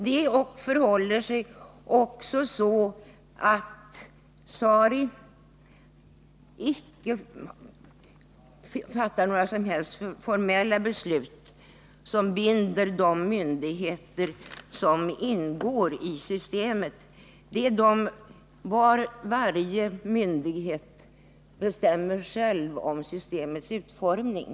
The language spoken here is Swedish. Det förhåller sig också så, att SARI icke fattar några som helst formella beslut som binder de myndigheter som ingår i systemet — varje myndighet bestämmer själv om systemets utformning.